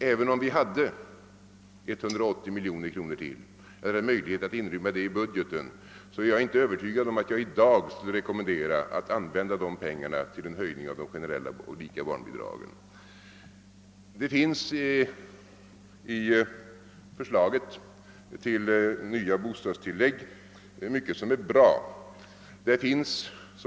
Även om vi hade möjlighet att inrymma ytterligare 180 miljoner kronor i budgeten är jag inte övertygad om att jag i dag skulle rekommendera riksdagen att använda pengarna till höjning av de generella och lika barnbidragen. Det finns i förslaget till nya bostadstillägg mycket som är bra.